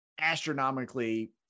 astronomically